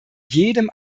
jedem